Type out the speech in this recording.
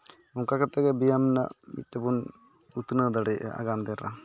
ᱚᱱᱠᱟ ᱠᱟᱛᱮᱫ ᱜᱮ ᱵᱮᱭᱟᱢ ᱨᱮᱭᱟᱜ ᱢᱤᱫᱴᱮᱱ ᱵᱚᱱ ᱩᱛᱱᱟᱹᱣ ᱫᱟᱲᱮᱭᱟᱜᱼᱟ ᱟᱜᱟᱢ ᱫᱤᱱᱨᱮ